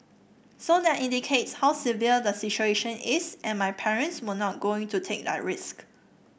so that indicates how severe the situation is and my parents were not going to take that risk